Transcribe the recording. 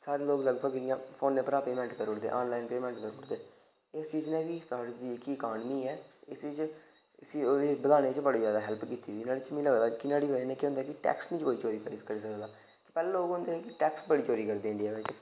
सारे लोक लगभग फोनै उप्परै गै पेमैंट करी ओड़दे आनलाईन गै पेमैंट करी ओड़दे एस चीज भारत दी जेह्ड़ी इकानमी ऐ उसी बधाने दी बड़ी कोशिश कीती दी ऐ ते एह्दी वजह् कन्नै केह् होंदा कि कोई टैक्स निं चोरी करी सकदा पैह्लें लोक होंदे कि टैक्स बड़ा चोरी करदे हे